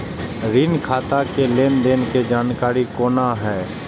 ऋण खाता के लेन देन के जानकारी कोना हैं?